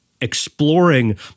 exploring